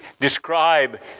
describe